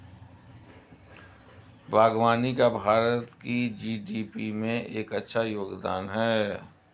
बागवानी का भारत की जी.डी.पी में एक अच्छा योगदान है